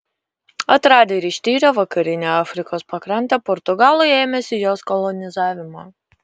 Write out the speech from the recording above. atradę ir ištyrę vakarinę afrikos pakrantę portugalai ėmėsi jos kolonizavimo